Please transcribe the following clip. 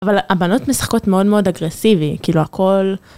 אבל הבנות משחקות מאוד מאוד אגרסיבי כאילו הכל.